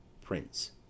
Prince